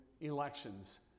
elections